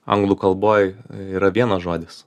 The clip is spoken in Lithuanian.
anglų kalboj yra vienas žodis